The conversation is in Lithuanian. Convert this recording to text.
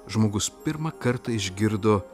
žmogus pirmą kartą išgirdo